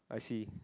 I see